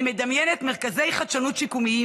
אני מדמיינת מרכזי חדשנות שיקומיים